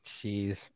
Jeez